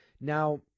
now